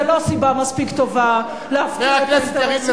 זו לא סיבה מספיק טובה להפקיר את האינטרסים של מדינת ישראל.